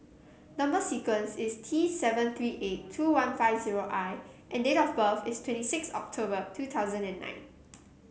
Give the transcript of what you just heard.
number sequence is T seven three eight two one five zero I and date of birth is twenty sixth October two thousand and nine